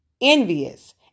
envious